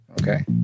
Okay